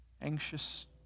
anxious